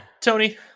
Tony